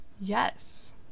yes